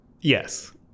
Yes